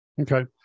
Okay